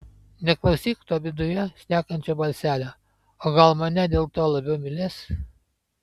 neklausyk to viduje šnekančio balselio o gal mane dėl to labiau mylės